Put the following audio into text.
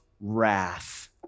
wrath